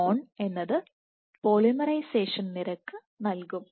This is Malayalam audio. ron പോളിമറൈസേഷൻ നിരക്ക് നൽകും